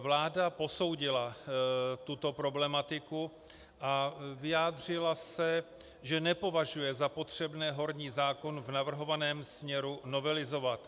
Vláda posoudila tuto problematiku a vyjádřila se, že nepovažuje za potřebné horní zákon v navrhovaném směru novelizovat.